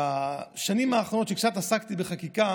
בשנים האחרונות, כשעסקתי קצת בחקיקה